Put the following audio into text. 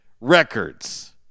records